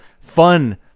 fun